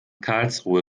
karlsruhe